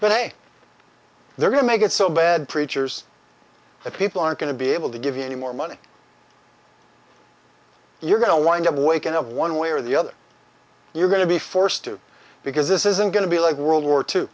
but hey they're going to make it so bad preachers that people aren't going to be able to give you any more money you're going to wind up waking up one way or the other you're going to be forced to because this isn't going to be like world war two